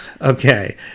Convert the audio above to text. Okay